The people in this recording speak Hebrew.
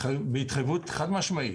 בהתחייבות חד משמעית